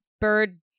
bird